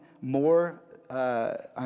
more